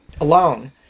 alone